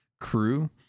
crew